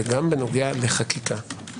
וגם בנוגע לחקיקה,